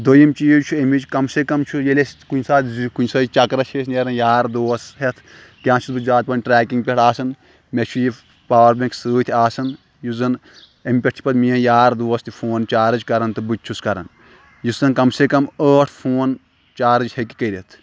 دوٚیِم چیٖز چھُ اَمِچ کَم سے کَم چھُ ییٚلہِ أسۍ کُنہِ ساتہٕ زِ کُنہِ ساتہٕ چَکرَس چھِ أسۍ نیران یار دوس ہٮ۪تھ چھُس بہٕ زیادٕ پَہَن ٹرٛٮ۪کِنٛگ پٮ۪ٹھ آسان مےٚ چھُ یہِ پاوَر بٮ۪نٛک سۭتۍ آسان یُس زَن اَمہِ پٮ۪ٹھ چھِ پَتہٕ میٛٲنۍ یار دوس تہِ فون چارٕج کَران تہٕ بہٕ تہِ چھُس کَران یُس زَن کَم سے کَم ٲٹھ فون چارٕج ہیٚکہِ کٔرِتھ